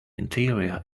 interior